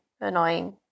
annoying